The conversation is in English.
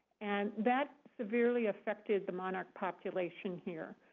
and that severely affected the monarch population here.